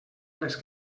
les